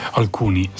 alcuni